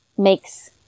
makes